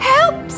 Help